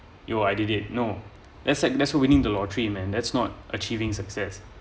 yo I did it no that's like that's winning the lottery man that's not achieving success